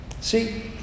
See